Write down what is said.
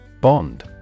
bond